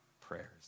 prayers